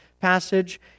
passage